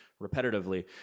repetitively